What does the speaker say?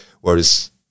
whereas